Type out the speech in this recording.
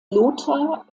lothar